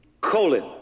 colon